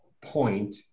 point